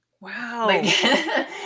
wow